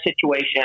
situation